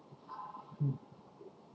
mm